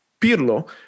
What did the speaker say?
Pirlo